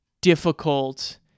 difficult